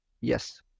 Yes